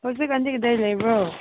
ꯍꯧꯖꯤꯛ ꯀꯥꯟꯗꯤ ꯀꯗꯥꯏ ꯂꯩꯕ꯭ꯔꯣ